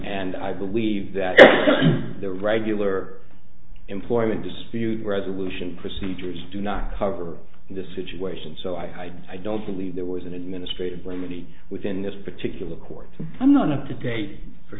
and i believe that the regular employment dispute resolution procedures do not cover this situation so i don't believe there was an administrative blame of the within this particular court i'm not up to date for